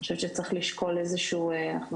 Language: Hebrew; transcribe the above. אני חושבת שצריך לשקול איזשהו אנחנו